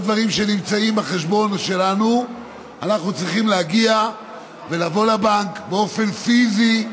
לדברים שנמצאים בחשבון שלנו נצטרך להגיע ולבוא לבנק באופן פיזי,